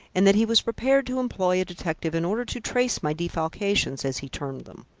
and that he was prepared to employ a detective in order to trace my defalcations, as he termed them.